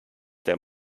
der